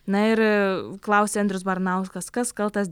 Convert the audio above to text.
na ir klausia andrius baranauskas kas kaltas